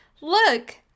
look